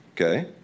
okay